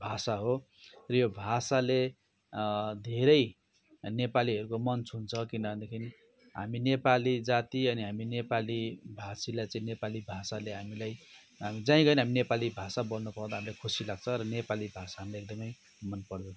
भाषा हो र यो भाषाले धेरै नेपालीहरूको मन छुन्छ किन भनदेखि हामी नेपाली जाति अनि हामी नेपाली भाषीलाई चाहिँ नेपाली भाषाले हामीलाई हामी जहीँ गए नि हामी नेपाली भाषा बोल्नु पाउँदा हामीले खुसी लाग्छ र नेपाली भाषा हामीले एकदमै मनपऱ्यो